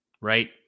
right